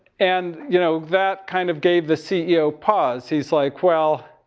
and, you know? that kind of gave the ceo pause. he's, like, well,